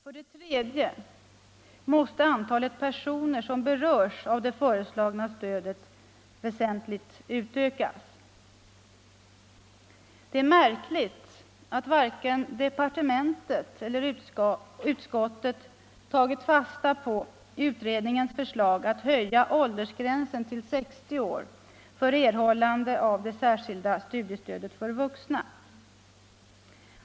För det tredje måste antalet personer som berörs av det föreslagna stödet väsentligt utökas. Det är märkligt att varken departementet eller utskottet tagit fasta på utredningens förslag att åldersgränsen för erhållande av det särskilda studiestödet för vuxna skall höjas till 60 år.